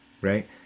right